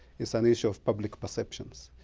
it's an issue of public perceptions.